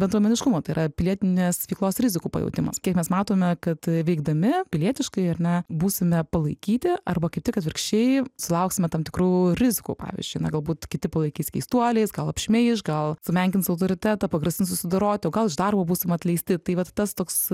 bendruomeniškumo tai yra pilietinės veiklos rizikų pajautimas kiek mes matome kad veikdami pilietiškai ar ne būsime palaikyti arba kaip tik atvirkščiai sulauksime tam tikrų rizikų pavyzdžiui na galbūt kiti palaikys keistuoliais gal apšmeiš gal sumenkins autoritetą pagrasins susidoroti o gal iš darbo būsim atleisti tai vat tas toks